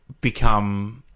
become